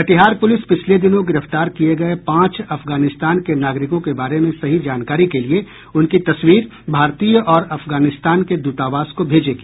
Katihar police पिछले दिनों गिरफ्तार किये गये पांच अफगानिस्तान के नागरिकों के बारे में सही जानकारी के लिये उनकी तस्वीर भारतीय और अफगानिस्तान के दूतावास को भेजेगी